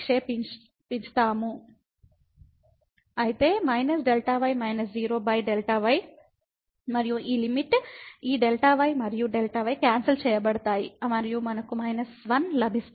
కాబట్టి Δ y−0Δ y మరియు ఈ లిమిట్ ఈ Δ y మరియు Δ y క్యాన్సల్ చేయబడతాయి మరియు మనకు మైనస్ 1 లభిస్తుంది